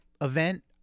event